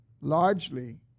largely